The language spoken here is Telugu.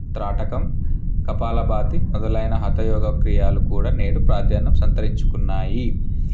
తాటకం కపాలపాతి మొదలైన హఠయోగ క్రియాలు కూడ నేడు ప్రాధాన్యం సంతరించుకున్నాయి